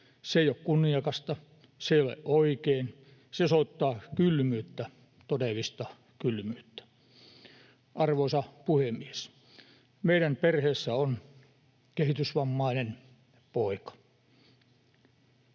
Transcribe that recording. Se ei ole kunniakasta, se ei ole oikein. Se osoittaa kylmyyttä, todellista kylmyyttä. Arvoisa puhemies! Meidän perheessä on kehitysvammainen poika.